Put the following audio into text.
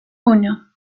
uno